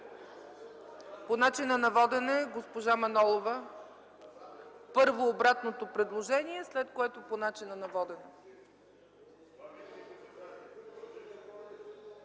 По начина на водене – госпожа Манолова. Първо обратното предложение, след което – по начина на водене.